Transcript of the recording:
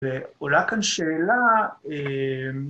ועולה כאן שאלה